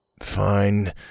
Fine